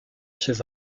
chez